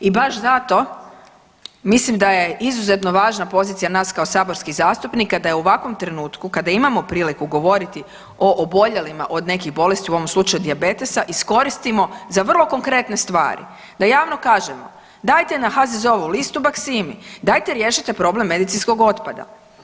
I baš zato mislim da je izuzetno važna pozicija nas kao saborskih zastupnika da je u ovakvom trenutku kada imamo priliku govoriti o oboljelima od nekih bolesti u ovom slučaju dijabetesa iskoristimo za vrlo konkretne stvari, da javno kažemo dajte na HZZO-vu listu Baqcimi, dajte riješite problem medicinskog otpada.